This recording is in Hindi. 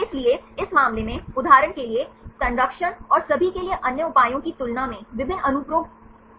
इसलिए इस मामले में उदहारण के लिए संरक्षण और सभी के लिए अन्य उपायों की तुलना में विभिन्न अनुप्रयोग क्या हैं